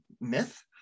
myth